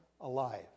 alive